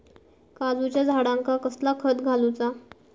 काजूच्या झाडांका कसला खत घालूचा?